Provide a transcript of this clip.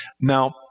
Now